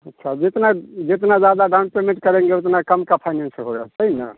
अच्छा जितना जितना ज़्यादा डाउन पेमेंट करेंगे उतना कम का फाइनेंस होगा सही ना